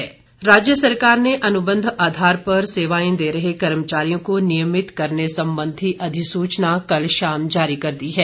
अधिसूचना राज्य सरकार ने अनुबंध आधार पर सेवाएं दे रहे कर्मचारियों को नियमित करने संबंधी अधिसूचना कल देर शाम जारी कर दी है